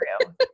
true